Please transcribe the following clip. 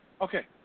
Okay